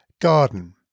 garden